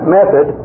method